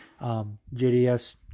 JDS